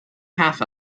half